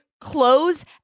close